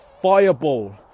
fireball